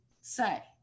say